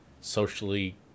socially